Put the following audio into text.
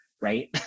right